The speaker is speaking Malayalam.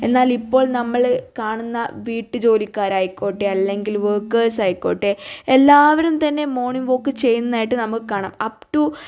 എന്നാലിപ്പോൾ നമ്മൾ കാണുന്ന വീട്ടുജോലിക്കാരായിക്കോട്ടെ അല്ലെങ്കിൽ വർക്കേഴ്സ് ആയിക്കോട്ടെ എല്ലാവരും തന്നെ മോർണിംഗ് വോക്ക് ചെയ്യുന്നതായിട്ട് നമുക്ക് കാണാം അപ് ടു